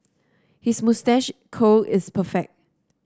his moustache curl is perfect